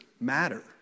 matter